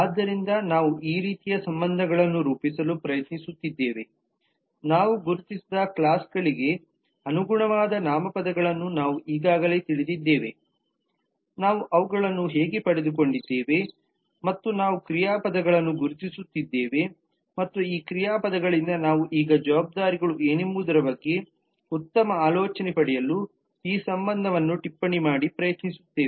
ಆದ್ದರಿಂದ ನಾವು ಈ ರೀತಿಯ ಸಂಬಂಧಗಳನ್ನು ರೂಪಿಸಲು ಪ್ರಯತ್ನಿಸುತ್ತಿದ್ದೇವೆನಾವು ಗುರುತಿಸಿದ ಕ್ಲಾಸ್ಗಳಿಗೆ ಅನುಗುಣವಾದ ನಾಮಪದಗಳನ್ನು ನಾವು ಈಗಾಗಲೇ ತಿಳಿದಿದ್ದೇವೆ ನಾವು ಅವುಗಳನ್ನು ಹೇಗೆ ಪಡೆದುಕೊಂಡಿದ್ದೇವೆ ಮತ್ತು ನಾವು ಕ್ರಿಯಾಪದಗಳನ್ನು ಗುರುತಿಸುತ್ತಿದ್ದೇವೆ ಮತ್ತು ಕ್ರಿಯಾಪದಗಳಿಂದ ನಾವು ಈಗ ಜವಾಬ್ದಾರಿಗಳು ಏನೆಂಬುದರ ಬಗ್ಗೆ ಉತ್ತಮ ಆಲೋಚನೆ ಪಡೆಯಲು ಈ ಸಂಬಂಧವನ್ನು ಟಿಪ್ಪಣಿ ಮಾಡಿ ಪ್ರಯತ್ನಿಸುತ್ತೇವೆ